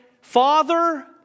Father